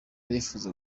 irifuza